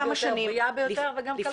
הבריאה ביותר וגם כלכלית.